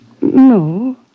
No